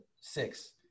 six